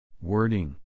Wording